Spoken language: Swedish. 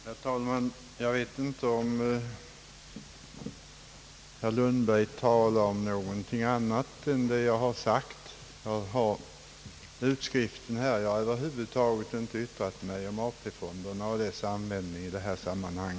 Herr talman! Jag vet inte om herr Lundberg talar om någonting annat än vad jag har sagt. Jag har utskriften av mitt anförande här, och jag har över huvud taget inte yttrat mig om AP fonderna och deras användning i detta sammanhang.